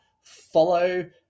follow